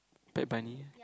pet bunny